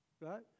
right